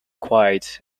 quiet